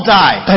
die